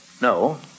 No